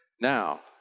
Now